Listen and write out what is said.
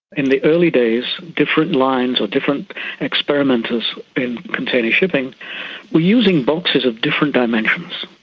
in the early days different lines or different experimenters in container shipping were using boxes of different dimensions.